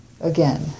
again